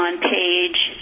on page